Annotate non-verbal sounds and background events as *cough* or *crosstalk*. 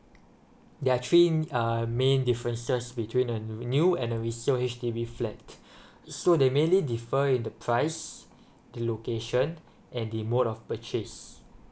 there are three err main differences between a new and a resale H_D_B flat *breath* so they mainly differ in the prices the location and the mode of purchase